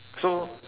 so